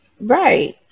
Right